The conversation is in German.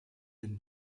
den